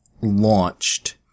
launched